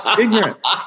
Ignorance